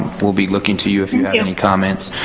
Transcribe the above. we'll be looking to you if you have any comments.